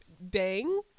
Bang